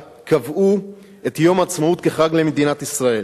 קבעו את יום העצמאות כחג למדינת ישראל.